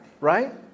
right